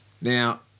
now